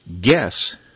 guess